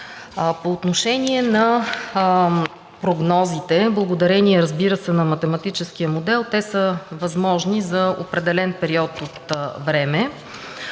По отношение на прогнозите. Благодарение, разбира се, на математическия модел те са възможни за определен период от време.